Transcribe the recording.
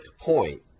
point